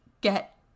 get